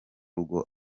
rugo